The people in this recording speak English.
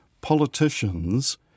politicians